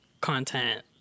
content